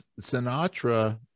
Sinatra